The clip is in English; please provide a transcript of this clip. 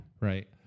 right